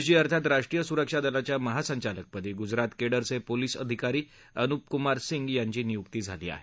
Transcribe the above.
स्टि अर्थात राष्ट्रीय सुरक्षा दलाच्या महासंचालकपदी गुजरात केडरचे पोलीस अधिकारी अनुप कुमार सिंग यांची नियुक्ती झाली आहे